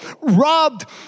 robbed